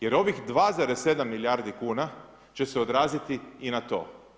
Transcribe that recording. Jer ovih 2,7 milijardi kuna će se odraziti i na to.